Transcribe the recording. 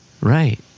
Right